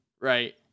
right